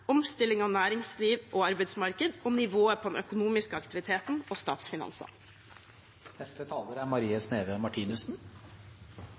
omstilling av næringsliv og arbeidsmarked og nivået på den økonomiske aktiviteten og statsfinansene. Snart er